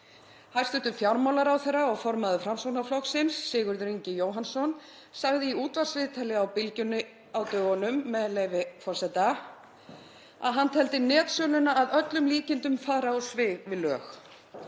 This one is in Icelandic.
Hæstv. fjármálaráðherra og formaður Framsóknarflokksins, Sigurður Ingi Jóhannsson, sagði í útvarpsviðtali á Bylgjunni á dögunum, með leyfi forseta, að hann teldi netsöluna að öllum líkindum fara á svig við lög.